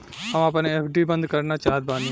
हम आपन एफ.डी बंद करना चाहत बानी